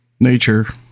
nature